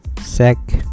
SEC